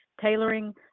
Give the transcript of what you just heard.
tailoring